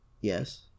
Yes